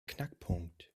knackpunkt